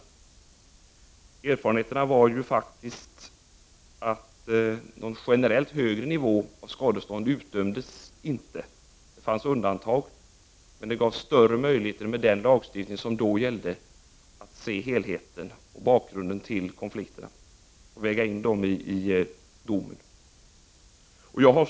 Erfarenheterna är att det då inte var någon generellt hög nivå på de skadestånd som utdömdes. Det fanns undantag, men med den lagstiftning som då gällde gavs det större möjligheter att se till helheten och bakgrunden till konflikterna och väga in detta i domen.